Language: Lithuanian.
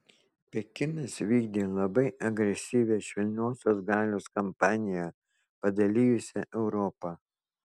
pekinas vykdė labai agresyvią švelniosios galios kampaniją padalijusią europą